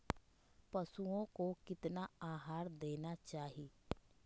पशुओं को कितना आहार देना चाहि?